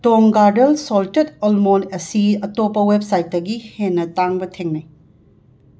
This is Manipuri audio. ꯇꯣꯡ ꯒꯥꯔꯗꯦꯟ ꯁꯣꯜꯇꯦꯠ ꯑꯜꯃꯣꯟ ꯑꯁꯤ ꯑꯇꯣꯞꯄ ꯋꯦꯞꯁꯥꯠꯇꯒꯤ ꯍꯦꯟꯅ ꯇꯥꯡꯕ ꯊꯦꯡꯅꯩ